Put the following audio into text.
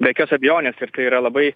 be jokios abejonės ir tai yra labai